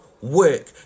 work